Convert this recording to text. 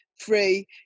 free